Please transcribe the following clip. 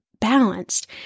balanced